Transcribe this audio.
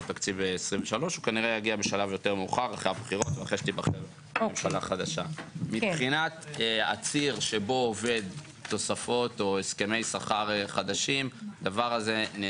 תקציב 23'. הוא כנראה יגיע בשלב יותר מאוחר,